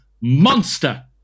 monster